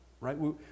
right